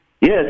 Yes